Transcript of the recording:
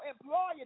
employer